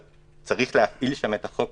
צריך להפעיל שם את החוק